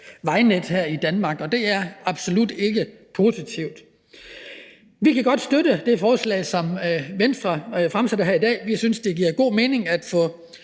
her i Danmark, og det er absolut ikke positivt. Vi kan godt støtte det forslag, som Venstre har fremsat her i dag. Vi synes, at det giver god mening at få